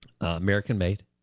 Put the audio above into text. American-made